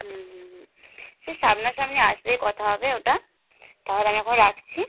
হুম হুম হুম সে সামনাসামনি আসলে কথা হবে ওটা তাহলে আমি এখন রাখছি